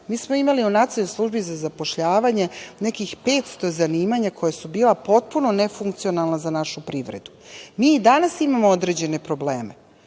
u Nacionalnoj službi za zapošljavanje nekih 500 zanimanja koja su bila potpuno nefunkcionalna za našu privredu. Mi i danas imamo određene probleme.